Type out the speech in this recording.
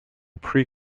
pre